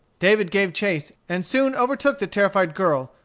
david gave chase, and soon overtook the terrified girl,